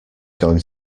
going